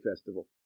festival